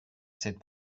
cette